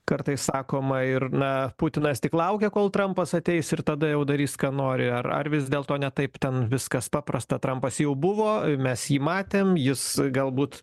kartais sakoma ir na putinas tik laukia kol trampas ateis ir tada jau darys ką nori ar ar vis dėlto ne taip ten viskas paprasta trampas jau buvo a mes jį matėm jis e galbūt